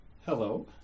Hello